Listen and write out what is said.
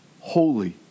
holy